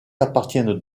appartiennent